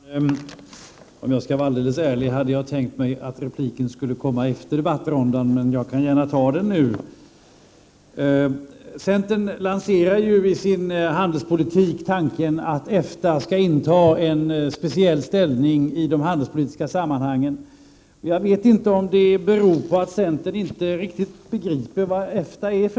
Herr talman! Om jag skall vara alldeles ärlig hade jag tänkt mig att repliken skulle komma efter debattrundan, men jag kan gärna ta den nu. Centern lanserar i sin handelspolitik tanken att EFTA skall inta en speciell ställning i de handelspolitiska sammanhangen. Jag vet inte om det beror på att centern inte riktigt begriper vad EFTA är.